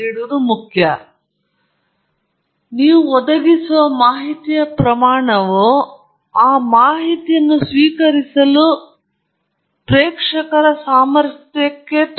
ನೀವು ಹೇಳಲು ಪ್ರಯತ್ನಿಸುತ್ತಿರುವವರು ಮತ್ತು ನೀವು ಒದಗಿಸುವ ಮಾಹಿತಿಯ ಪ್ರಮಾಣವು ಆ ಮಾಹಿತಿಯನ್ನು ಸ್ವೀಕರಿಸಲು ಪ್ರೇಕ್ಷಕರ ಸಾಮರ್ಥ್ಯದಷ್ಟು ಮುಖ್ಯವಲ್ಲ ಎಂದು ಜನರು ಅರ್ಥಮಾಡಿಕೊಳ್ಳುವುದು ಬಹಳ ಮುಖ್ಯವಾಗಿದೆ